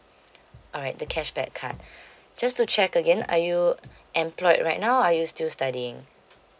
alright the cashback card just to check again are you employed right now are you still studying